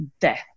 death